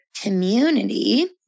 community